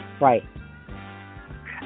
Right